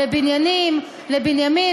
לבנימין,